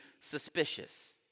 suspicious